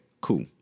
cool